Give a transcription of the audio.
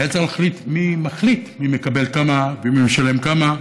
היה צריך להחליט מי מחליט מי מקבל כמה ומי משלם כמה,